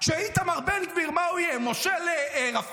שאיתמר בן גביר, מה הוא יהיה, מושל רפיח?